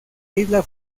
isla